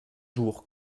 jours